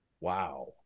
Wow